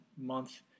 month